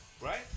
Right